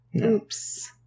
oops